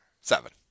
seven